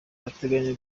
bateganya